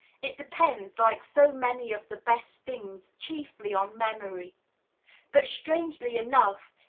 it depends, like so many of the best things, chiefly on memory but, strangely enough,